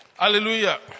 Hallelujah